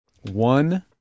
One